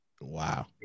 Wow